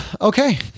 okay